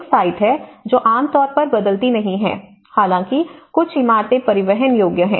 एक साइट है जो आम तौर पर बदलती नहीं है हालांकि कुछ इमारतें परिवहन योग्य हैं